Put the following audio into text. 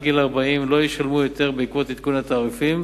גיל 40 לא ישלמו יותר בעקבות עדכון התעריפים,